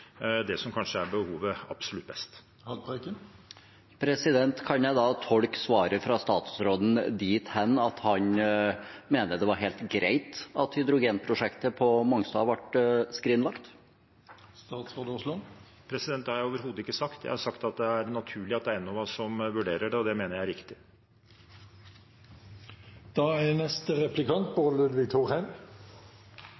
som forstår det som er behovet, absolutt best. Kan jeg da tolke svaret fra statsråden dit hen at han mener det var helt greit at hydrogenprosjektet på Mongstad ble skrinlagt? Det har jeg overhodet ikke sagt. Jeg har sagt at det er naturlig at det er Enova som vurderer det, og det mener jeg er riktig. Mitt spørsmål er